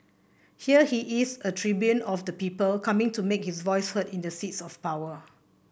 here he is a tribune of the people coming to make his voice heard in the seats of power